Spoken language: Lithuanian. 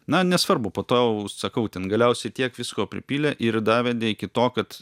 na nesvarbu po to jau sakau ten galiausiai tiek visko pripylė ir davė iki to kad